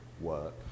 work